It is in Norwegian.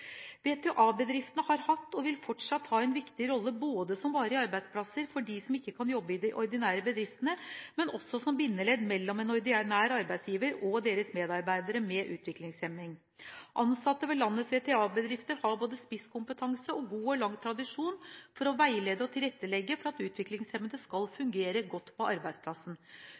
VTA-bedriftene har hatt og vil fortsatt ha en viktig rolle som varige arbeidsplasser for dem som ikke kan jobbe i de ordinære bedriftene, men også som bindeledd mellom ordinære arbeidsgivere og medarbeidere med en utviklingshemning. Ansatte ved landets VTA-bedrifter har både spisskompetanse og god og lang tradisjon for å veilede og tilrettelegge for at utviklingshemmede skal fungere godt på arbeidsplassen.